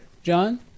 John